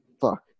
Fuck